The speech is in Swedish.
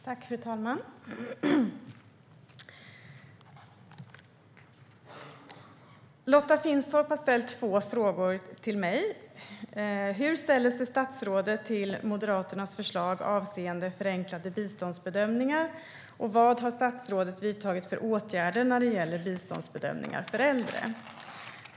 Fru talman! Lotta Finstorp har ställt två frågor till mig: Hur ställer sig statsrådet till Moderaternas förslag avseende förenklade biståndsbedömningar? Vad har statsrådet vidtagit för åtgärder när det gäller biståndsbedömningar för äldre?